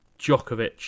Djokovic